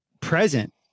present